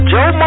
Joe